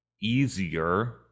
easier